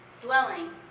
dwelling